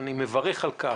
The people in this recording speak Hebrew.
אני מברך על כך,